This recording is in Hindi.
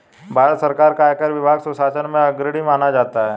भारत सरकार का आयकर विभाग सुशासन में अग्रणी माना जाता है